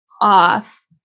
off